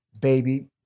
baby